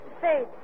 Say